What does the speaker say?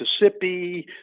Mississippi